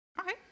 Okay